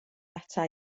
ata